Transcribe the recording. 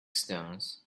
stones